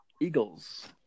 Eagles